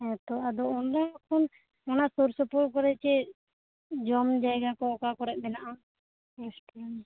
ᱦᱮᱸ ᱛᱚ ᱟᱫᱚ ᱚᱸᱰᱮ ᱠᱷᱚᱱ ᱚᱱᱟ ᱥᱩᱨ ᱥᱩᱯᱩᱨ ᱠᱚᱨᱮ ᱪᱮᱫ ᱡᱚᱢ ᱡᱟᱭᱜᱟ ᱠᱚ ᱚᱠᱟ ᱠᱚᱨᱮ ᱢᱮᱱᱟᱜᱼᱟ ᱨᱮᱥᱴᱩᱨᱮᱱᱴ